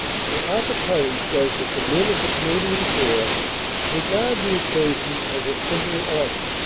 sir arthur currie says that the men of the canadian corps regard the occasion as a signal honor.